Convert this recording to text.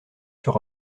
sur